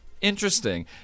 interesting